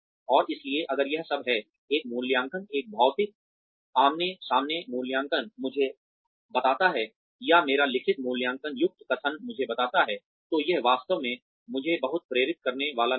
और इसलिए अगर यह सब है एक मूल्यांकन एक भौतिक आमने सामने मूल्यांकन मुझे बताता है या मेरा लिखित मूल्यांकन युक्त कथन मुझे बताता है तो यह वास्तव में मुझे बहुत प्रेरित करने वाला नहीं है